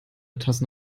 tassen